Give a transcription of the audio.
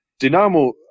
Dinamo